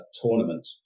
tournament